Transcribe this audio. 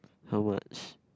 how much